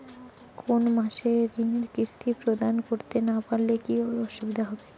কোনো মাসে ঋণের কিস্তি প্রদান করতে না পারলে কি অসুবিধা হবে?